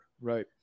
Right